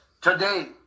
today